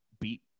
beat